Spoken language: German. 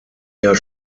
jahr